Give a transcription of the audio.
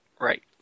Right